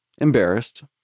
embarrassed